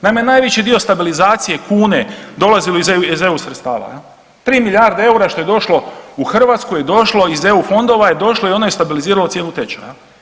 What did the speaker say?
Nama je najveći dio stabilizacije kune dolaze iz EU sredstava, 3 milijarde eura što je došlo u Hrvatsku je došlo iz EU fondova, je došlo i ono je stabiliziralo cijenu tečaja.